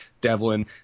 Devlin